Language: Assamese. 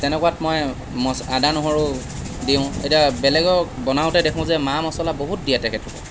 তেনেকুৱাত মই মছ আদা নহৰু দিওঁ এতিয়া বেলেগক বনাওঁতে দেখোঁ যে মা মছলা বহুত দিয়ে